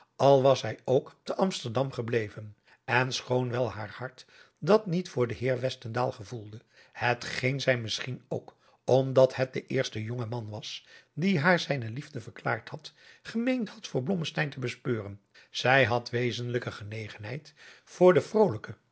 al was hij ook te amsterdam gebleven en schoon wel haar hart dat niet voor den heer westendaal gevoelde het geen zij misschien ook omdat het de eerste jongman was die haar zijne liefde verklaard had gemeend had voor blommesteyn te bespeuren zij had wezenlijke genegenheid voor den vrolijken